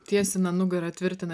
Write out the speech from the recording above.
tiesina nugarą tvirtina